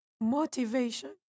motivation